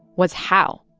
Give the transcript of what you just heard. was, how?